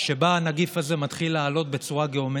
שבה הנגיף הזה מתחיל לעלות בצורה גיאומטרית.